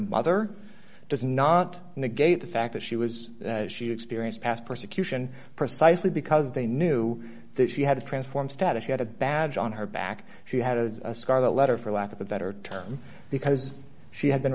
mother does not negate the fact that she was she experienced past persecution precisely because they knew that she had a transform status she had a badge on her back she had a scarlet letter for lack of a better term because she had been